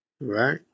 Right